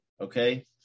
Okay